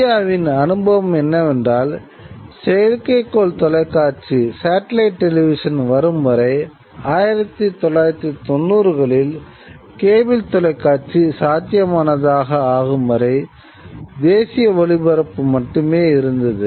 இந்தியவின் அனுபவம் என்னவென்றால் செயற்கைக்கோள் தொலைக்காட்சி வரும் வரை 1990 களில் கேபிள் தொலைக்காட்சி சாத்தியமானதாக ஆகும் வரை தேசிய ஒளிபரப்பு மட்டுமே இருந்தது